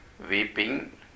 weeping